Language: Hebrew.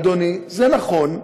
אדוני, זה נכון,